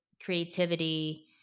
creativity